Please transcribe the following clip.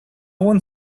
one